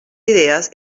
idees